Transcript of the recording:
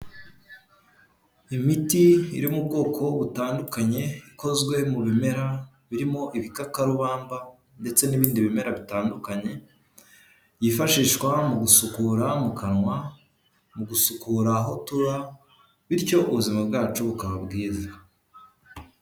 Imiti iri mu bwoko butandukanye ikozwe mu bimera birimo ibikakarubamba ndetse n'ibindi bimera bitandukanye byifashishwa mu gusukura mu kanwa, mu gusukura aho tuba bityo ubuzima bwacu bukaba bwiza.